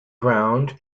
ground